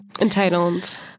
Entitled